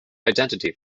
identity